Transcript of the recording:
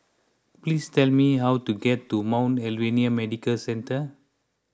please tell me how to get to Mount Alvernia Medical Centre